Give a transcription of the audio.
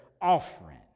offering